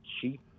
cheap